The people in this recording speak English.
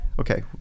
okay